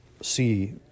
see